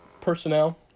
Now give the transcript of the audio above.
personnel